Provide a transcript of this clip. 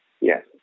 Yes